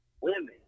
women